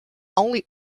only